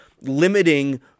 limiting